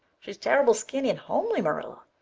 she's terrible skinny and homely, marilla.